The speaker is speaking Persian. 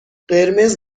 قرمز